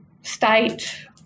state